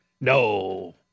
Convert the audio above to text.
No